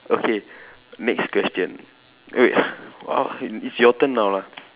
okay next question eh wait uh it it's your turn now lah